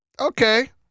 Okay